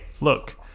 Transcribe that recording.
look